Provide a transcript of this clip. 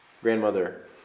Grandmother